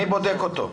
מי בודק אותו?